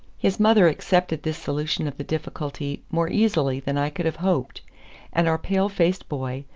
his mother accepted this solution of the difficulty more easily than i could have hoped and our pale-faced boy,